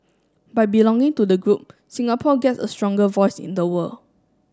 by belonging to the group Singapore gets a stronger voice in the world